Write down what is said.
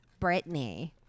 Britney